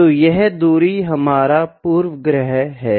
तो यह दूरी हमारा पूर्वाग्रह है